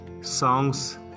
songs